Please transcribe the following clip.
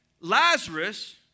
Lazarus